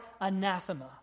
anathema